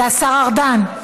זה השר ארדן.